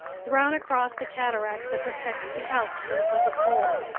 thrown across the cataract that protects the outskirts of the pole!